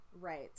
Right